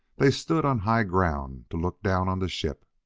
they stood on high ground to look down on the ship.